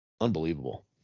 unbelievable